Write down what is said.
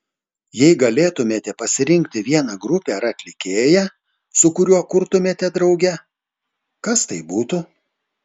jei galėtumėte pasirinkti vieną grupę ar atlikėją su kuriuo kurtumėte drauge kas tai būtų